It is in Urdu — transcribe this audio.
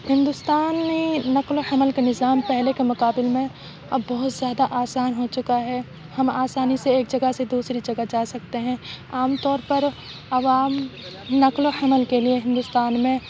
ہندوستان میں نقل و حمل کا نظام پہلے کے مقابل میں اب بہت زیادہ آسان ہو چکا ہے ہم آسانی سے ایک جگہ سے دوسری جگہ جا سکتے ہیں عام طور پر عوام نقل و حمل کے لیے ہندوستان میں